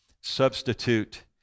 substitute